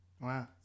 Wow